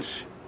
yes